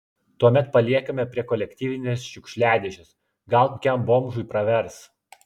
tuomet paliekame prie kolektyvinės šiukšliadėžės gal kokiam bomžui pravers